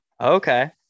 Okay